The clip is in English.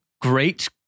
Great